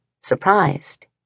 surprised